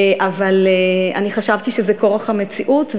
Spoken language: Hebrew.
אבל חשבתי שזה כורח המציאות.